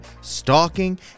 stalking